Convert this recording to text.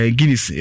Guinness